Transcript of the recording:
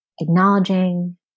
acknowledging